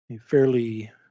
fairly